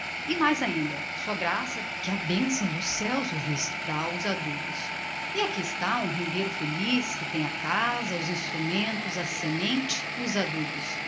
e mais ainda sua graça que as bençãos do ceu o vistam dá os adubos e aqui está um rendeiro feliz que tem a casa os instrumentos a semente os adubos